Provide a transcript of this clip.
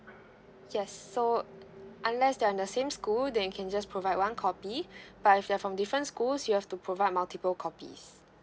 yes so unless they are in the same school then you can just provide one copy but if they're from different schools you have to provide multiple copies